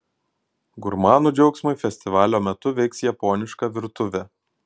gurmanų džiaugsmui festivalio metu veiks japoniška virtuvė